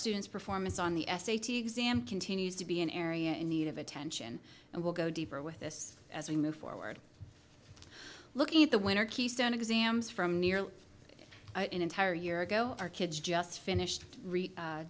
students performance on the s a t s sam continues to be an area in need of attention and we'll go deeper with this as we move forward looking at the winter keystone exams from nearly an entire year ago our kids just finished